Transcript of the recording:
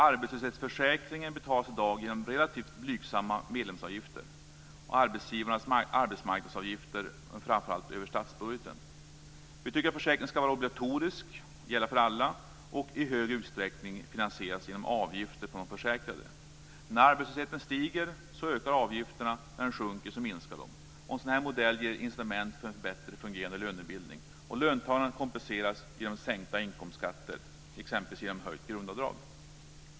Arbetslöshetsförsäkringen betalas i dag genom relativt blygsamma medlemsavgifter, arbetsgivarnas arbetsmarknadsavgifter men framför allt över statsbudgeten. Försäkringen ska vara obligatorisk och gälla för alla och i större utsträckning finansieras genom avgifter från de försäkrade. När arbetslösheten stiger ökar avgifterna, och när den sjunker minskar de. En sådan modell ger incitament för en bättre fungerande lönebildning. Löntagarna kompenseras genom sänkta inkomstskatter, exempelvis genom höjt grundavdrag. 3.